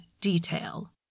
detail